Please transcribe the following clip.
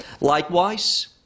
Likewise